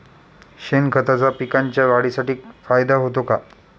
शेणखताचा पिकांच्या वाढीसाठी फायदा होतो का?